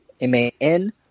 M-A-N